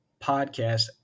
podcast